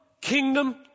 kingdom